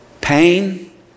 pain